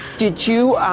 did you,